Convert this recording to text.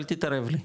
אל תתערב לי,